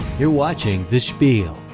you're watching the spiel.